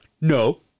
No